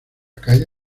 calle